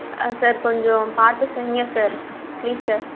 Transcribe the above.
ஆ sir கொஞ்சம் பார்த்து செய்யுங்க சார் ப்ளீஸ் சார்